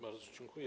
Bardzo dziękuję.